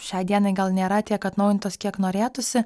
šiai dienai gal nėra tiek atnaujintos kiek norėtųsi